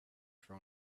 for